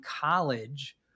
college